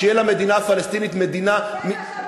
כשתהיה לפלסטינים מדינה,